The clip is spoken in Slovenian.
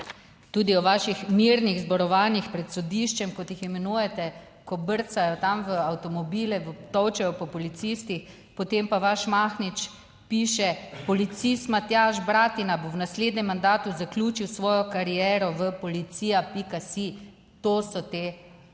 Tudi o vaših mirnih zborovanjih pred sodiščem, kot jih imenujete, ko brcajo tam v avtomobile, tolčejo po policistih, potem pa vaš Mahnič piše: Policist Matjaž Bratina bo v naslednjem mandatu zaključil svojo kariero v (policija.si). To so ti